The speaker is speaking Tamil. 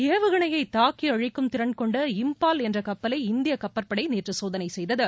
ஏவுகணையை தாக்கி ஆழிக்கும் திறன் கொண்ட இம்பால் என்ற கப்பலை இந்திய கப்பற்படை நேற்று சோதனை செய்தது